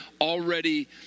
already